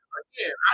again